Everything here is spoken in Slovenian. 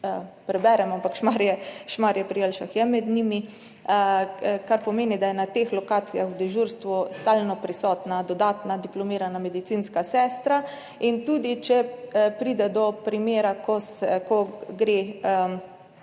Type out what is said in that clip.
preberem, ampak Šmarje pri Jelšah je med njimi, kar pomeni, da je na teh lokacijah v dežurstvu stalno prisotna dodatna diplomirana medicinska sestra in tudi če pride do primera, ko gresta